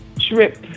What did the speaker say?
trip